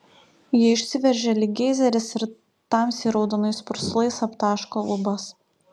ji išsiveržia lyg geizeris ir tamsiai raudonais purslais aptaško lubas